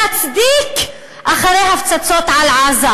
להצדיק אחרי הפצצות על עזה,